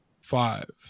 Five